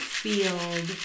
field